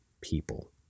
people